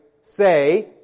say